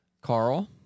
Carl